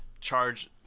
charge